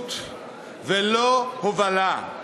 מנהיגות ולא הובלה.